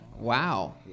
Wow